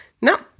No